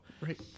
Right